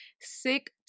sick